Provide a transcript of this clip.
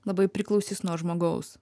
labai priklausys nuo žmogaus